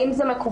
האם זה מקובל?